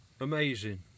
amazing